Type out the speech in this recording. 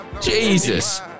Jesus